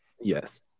Yes